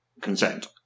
consent